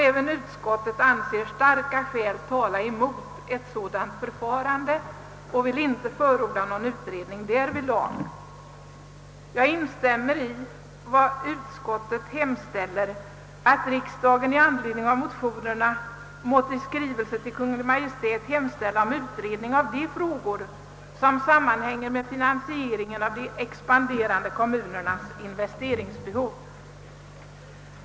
Även utskottet anser starka skäl tala emot ett sådant förfarande och vill inte förorda någon utredning härvidlag. Jag instämmer helt i vad utskottet hemställer, nämligen att riksdagen med anledning av motionerna »måtte i skrivelse till Kungl Maj:t hemställa om utredning av de frågor som sammanhänger med finansieringen av de expanderande kommunernas investeringsbehov».